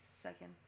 second